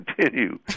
continue